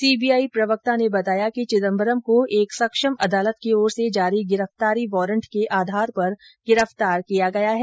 CBI प्रवक्ता ने बताया कि चिदम्बरम को एक सक्षम अदालत की ओर से जारी गिरफ्तारी वारंट के आधार पर गिरफ्तार किया गया है